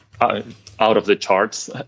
out-of-the-charts